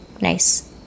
nice